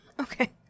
Okay